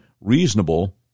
reasonable